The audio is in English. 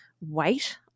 weight